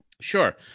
Sure